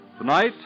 Tonight